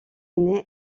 naît